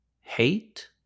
hate